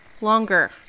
longer